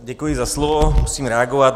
Děkuji za slovo, musím reagovat.